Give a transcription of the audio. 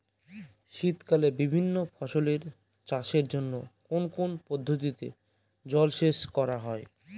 শীতকালে বিভিন্ন ফসলের চাষের জন্য কোন কোন পদ্ধতিতে জলসেচ করা হয়?